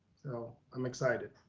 so i'm excited.